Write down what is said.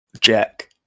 Jack